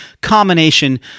combination